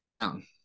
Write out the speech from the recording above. down